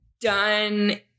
done